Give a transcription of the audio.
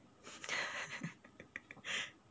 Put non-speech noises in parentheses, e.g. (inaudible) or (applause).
(laughs)